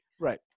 Right